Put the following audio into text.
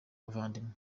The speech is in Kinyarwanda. abavandimwe